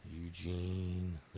Eugene